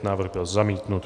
Návrh byl zamítnut.